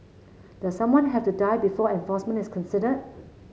does someone have to die before enforcement is considered